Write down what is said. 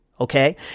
Okay